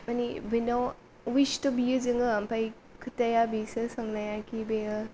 माने बिनाव उइस थ' बियो जोङो ओमफाय खोथाया बिसो सोंनाया खि बेयो